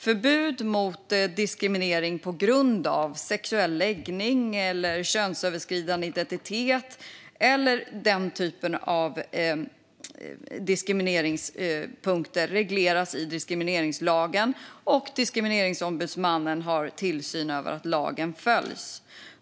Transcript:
Förbud mot diskriminering på grund av sexuell läggning eller könsöverskridande identitet - eller den typen av diskrimineringspunkter - regleras i diskrimineringslagen . Diskrimineringsombudsmannen har tillsyn över att lagen följs.